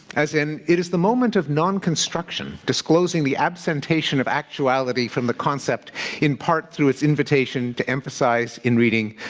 as in, it is the moment of non-construction, disclosing the absentation of actuality from the concept in part through its invitation to emphasize, in reading,